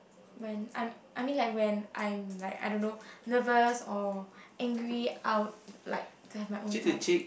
when I'm I mean like when I'm like I don't know nervous or angry I would like to have my own time